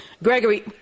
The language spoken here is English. Gregory